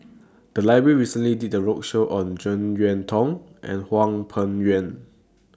The Library recently did A roadshow on Jek Yeun Thong and Hwang Peng Yuan